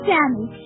Sammy